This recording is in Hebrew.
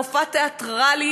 מופע תיאטרלי,